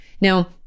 Now